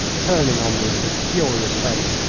turning on me with his furious face.